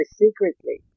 secretly